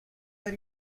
are